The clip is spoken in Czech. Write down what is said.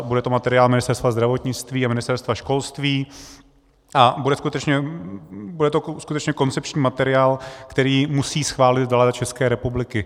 Bude to materiál Ministerstva zdravotnictví a Ministerstva školství a bude to skutečně koncepční materiál, který musí schválit vláda České republiky.